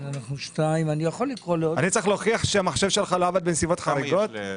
אני צריך להוכיח שהמחשב שלך לא עבד בנסיבות חריגות?